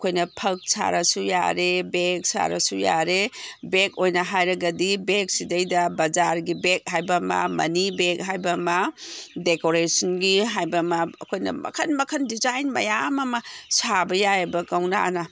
ꯑꯩꯈꯣꯏꯅ ꯐꯛ ꯁꯥꯔꯁꯨ ꯌꯥꯔꯦ ꯕꯦꯛ ꯁꯥꯔꯁꯨ ꯌꯥꯔꯦ ꯕꯦꯛ ꯑꯣꯏꯅ ꯍꯥꯏꯔꯒꯗꯤ ꯕꯦꯛꯁꯤꯗꯩꯗ ꯕꯥꯖꯥꯔꯒꯤ ꯕꯦꯛ ꯍꯥꯏꯕ ꯑꯃ ꯃꯅꯤ ꯕꯦꯒ ꯍꯥꯏꯕ ꯑꯃ ꯗꯦꯀꯣꯔꯦꯁꯟꯒꯤ ꯍꯥꯏꯕ ꯑꯃ ꯑꯩꯈꯣꯏꯅ ꯃꯈꯟ ꯃꯈꯟ ꯗꯤꯖꯥꯏꯟ ꯃꯌꯥꯝ ꯑꯃ ꯁꯥꯕ ꯌꯥꯏꯕ ꯀꯧꯅꯥꯅ